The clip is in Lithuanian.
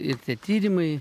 ir tie tyrimai